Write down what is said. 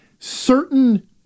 certain